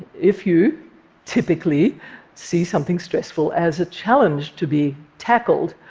if you typically see something stressful as a challenge to be tackled,